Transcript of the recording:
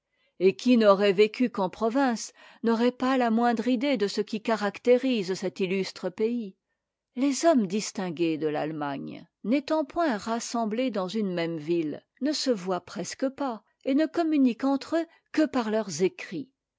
et qui n'aurait vécu qu'en province n'aurait pas la moindre idée de ce qui caractérise cet illustre pays les hommes distingués de l'allemagne n'étant point rassemblés dans une même ville ne se voient presque pas et ne communiquent entre eux que parieurs écrits